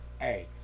Hey